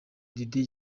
diddy